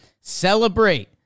celebrate